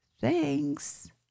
Thanks